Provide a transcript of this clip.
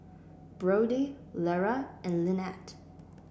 Brodie Lera and Lynnette